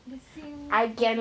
the same